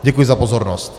Děkuji za pozornost.